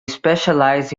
specialize